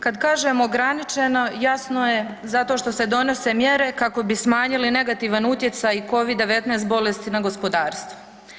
Kad kažem ograničeno jasno je zato što se donose mjere kako bi smanjili negativan utjecaj Covid-19 bolesti na gospodarstvo.